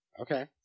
Okay